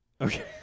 Okay